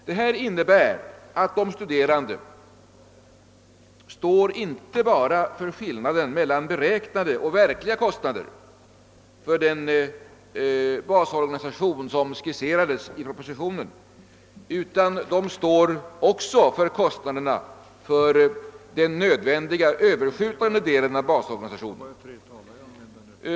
Detta innebär att de studerande inte bara står för skillnaden mellan beräknade och verkliga kostnader för den basorganisation som skisserades i propositionen utan också för kostnaderna för den nödvändiga överskjutande delen av basorganisationen.